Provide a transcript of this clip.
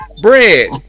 bread